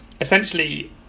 essentially